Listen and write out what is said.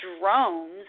drones